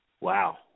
Wow